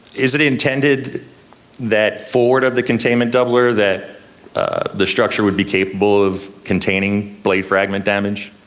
is it intended that forward of the containment doubler, that the structure would be capable of containing blade fragment damage?